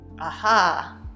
Aha